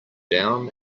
down